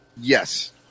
Yes